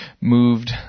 moved